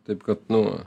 taip kad nu